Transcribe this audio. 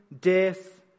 death